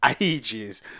ages